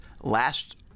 last